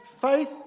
faith